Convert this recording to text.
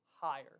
higher